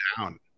down